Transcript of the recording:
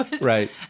Right